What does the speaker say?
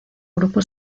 grupo